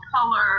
color